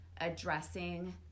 addressing